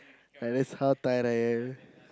ya that's how tired I am